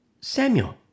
Samuel